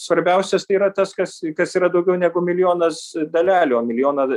svarbiausias tai yra tas kas kas yra daugiau negu milijonas dalelių o milijoną